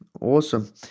awesome